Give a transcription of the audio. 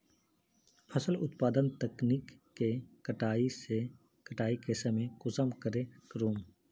फसल उत्पादन तकनीक के कटाई के समय कुंसम करे करूम?